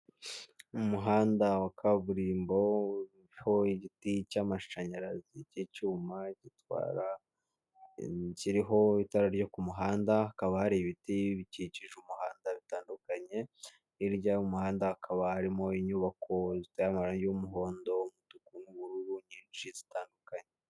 Umuhanda wa kaburimbo uriho igiti cy'amashanyarazi cy'icyuma gitwara kiriho itara ryo ku muhanda hakaba hari ibiti bikikije umuhanda bitandukanye hirya y'umuhanda hakaba harimo inyubako ziteye amarangi y'umuhondo, umutuku n'ubururu nyinshi zitandukanye.